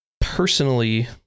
personally